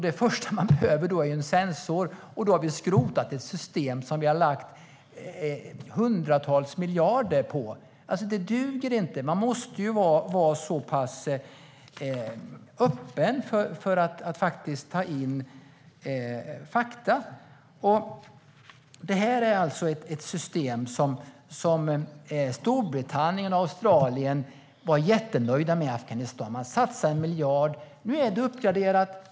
Det första man behöver då är en sensor, och då har vi skrotat ett system som vi har lagt hundratals miljarder på. Det duger inte! Man måste ju vara så pass öppen för att ta in fakta. Det här är alltså ett system som Storbritannien och Australien var jättenöjda med i Afghanistan. Man satsade 1 miljard. Nu är det uppgraderat.